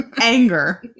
anger